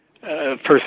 first